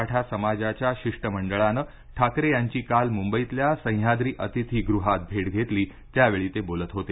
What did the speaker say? मराठा समाजाच्या शिष्टमंडळानं ठाकरे यांची काल मुंबईतल्या सह्याद्री अतिथिगृहात भेट घेतली त्यावेळी ते बोलत होते